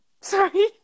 Sorry